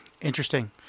interesting